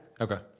Okay